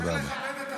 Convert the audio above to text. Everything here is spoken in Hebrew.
תודה רבה.